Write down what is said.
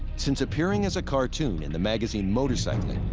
since appearing as a cartoon in the magazine motorcycling,